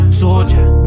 soldier